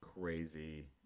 crazy